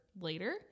later